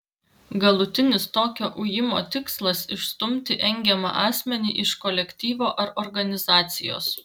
galutinis tokio ujimo tikslas išstumti engiamą asmenį iš kolektyvo ar organizacijos